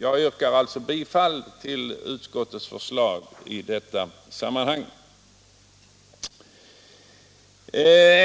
Jag yrkar alltså bifall till utskottets förslag i detta sammanhang.